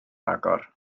agor